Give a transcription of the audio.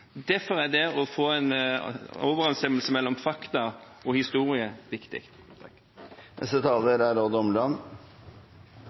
Derfor er det å få en overensstemmelse mellom fakta og historie viktig.